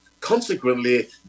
Consequently